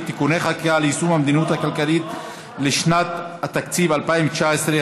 (תיקוני חקיקה ליישום המדיניות הכלכלית לשנת התקציב 2019),